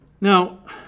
Now